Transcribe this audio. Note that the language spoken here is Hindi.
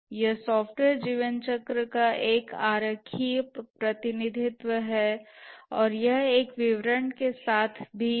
यह सॉफ्टवेयर जीवन चक्र का एक आरेखीय प्रतिनिधित्व है और यह एक विवरण के साथ भी है